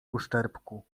uszczerbku